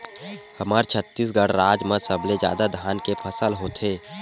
हमर छत्तीसगढ़ राज म सबले जादा धान के फसल होथे